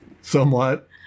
somewhat